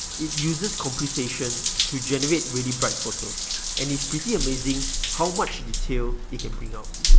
it uses computation to generate really bright photos and it's pretty amazing how much detail it can bring out.